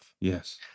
Yes